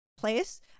place